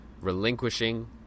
relinquishing